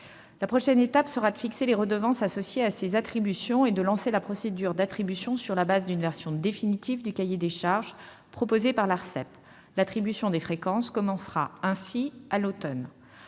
la prochaine étape sera de fixer les redevances associées à ces attributions et de lancer la procédure d'attribution sur la base d'une version définitive du cahier des charges proposé par l'Arcep. Ainsi, l'attribution des fréquences commencera à l'automne.